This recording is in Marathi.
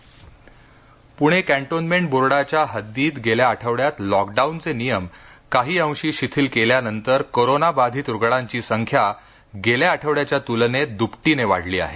प्णे कॅन्टोन्मेंट बोर्डाच्या हद्दीत गेल्या आठवड्यात लॉकडाऊनचे नियम काही अंशी शिथिल केल्यानंतर कोरोना बाधित रुग्णांची संख्या मागील आठवड्याच्या त्लनेत द्पट्रीने वाढली आहे